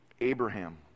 abraham